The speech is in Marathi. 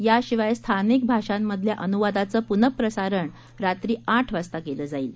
याशिवाय स्थानिक भाषांमधल्या अनुवादाचं पुनःप्रसारण रात्री आठ वाजता केलं जाईल